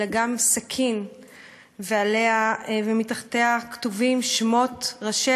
אלא גם סכין ומתחתיה כתובים שמות ראשי